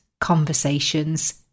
conversations